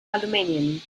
aluminium